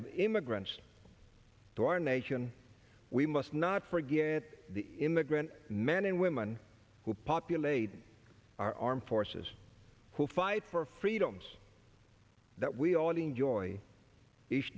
of immigrants to our nation we must not forget the immigrant men and women who populate our armed forces who fight for freedoms that we all enjoy each